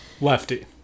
lefty